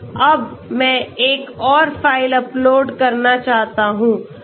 अब मैं एक और फाइल अपलोड करना चाहता हूं